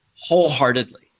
wholeheartedly